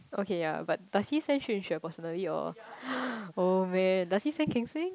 okay yea but does he send Xin-Jue personally or oh man does he send King-Xui